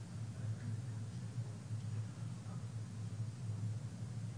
אבל אין לי את הציטוט עצמו, כי זה לוקח